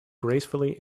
gracefully